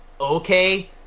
okay